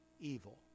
evil